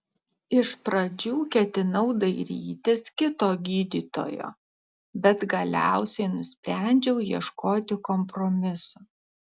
iš pradžių ketinau dairytis kito gydytojo bet galiausiai nusprendžiau ieškoti kompromiso